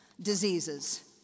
diseases